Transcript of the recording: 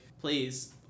please